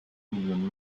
milyon